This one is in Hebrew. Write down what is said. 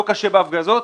לא קשה בהפגזות,